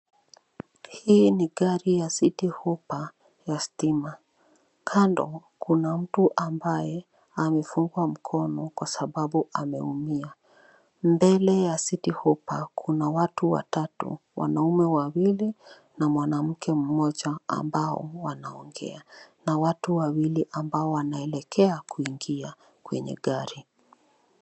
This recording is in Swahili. Hii ni gari ya City Hoppa ya stima. Kando kuna mtu ambaye amefungwa mkono kwasababu ameumia. Mbele ya City Hoppa, kuna watu watatu, wanaume wawili na mwanamke mmoja ambao wanaongea na watu wawili ambao wanaelekea kuingia kwenye gari.